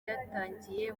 ryatangiye